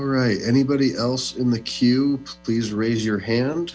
right anybody else in the queue please raise your hand